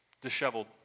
disheveled